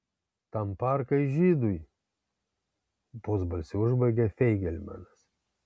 tam parkai žydui pusbalsiu užbaigė feigelmanas